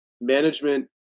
management